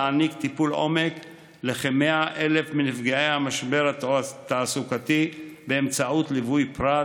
להעניק טיפול עומק לכ-100,000 מנפגעי המשבר התעסוקתי באמצעות ליווי פרט,